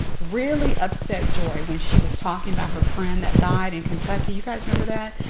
really upset joy when she was talking about her friend that died in kentucky. you guys remember that?